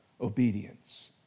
obedience